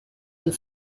and